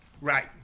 Right